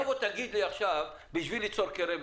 לא תגיד לי עכשיו: בשביל ליצור קרן.